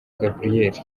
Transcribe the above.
gabriel